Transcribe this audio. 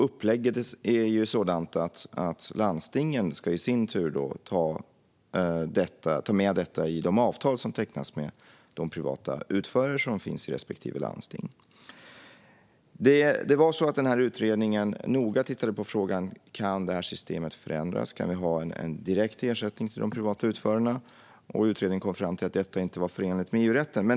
Upplägget är sådant att landstingen i sin tur ska ta med detta i de avtal som tecknas med de privata utförare som finns i respektive landsting. Utredningen tittade noga på frågan om systemet kan förändras och om man skulle kunna ha en direkt ersättning till de privata utförarna. Utredningen kom fram till att detta inte var förenligt med EU-rätten.